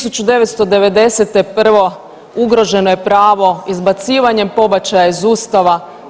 1990. prvo ugroženo je pravo izbacivanjem pobačaja iz Ustava.